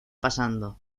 pasando